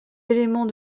éléments